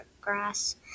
grass